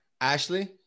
Ashley